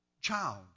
child